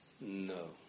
No